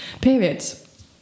periods